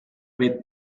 with